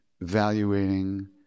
evaluating